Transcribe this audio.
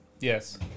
Yes